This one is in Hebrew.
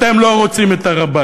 אתם לא רוצים את הר-הבית,